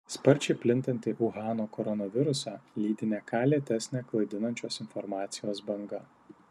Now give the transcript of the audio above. sparčiai plintantį uhano koronavirusą lydi ne ką lėtesnė klaidinančios informacijos banga